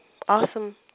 Awesome